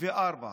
2084,